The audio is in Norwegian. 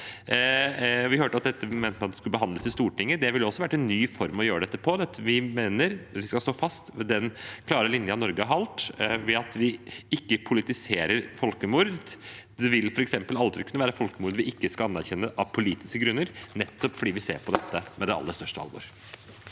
Vi hørte at man mente at dette skulle behandles i Stortinget. Det ville også vært en ny måte å gjøre dette på. Vi mener at vi skal stå fast ved den klare linjen Norge har valgt ved at vi ikke politiserer folkemord. Det vil f.eks. aldri kunne være et folkemord vi ikke skal anerkjenne av politiske grunner, nettopp fordi vi ser på dette med det aller største alvor.